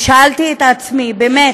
ושאלתי את עצמי: באמת,